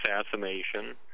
assassination